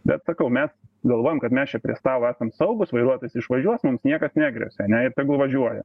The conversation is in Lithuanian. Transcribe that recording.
bet sakau mes galvojam kad mes čia prie stalo esam saugūs vairuotojas išvažiuos mums niekas negresia ane ir tegul važiuoja